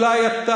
אולי אתה